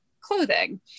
clothing